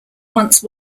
once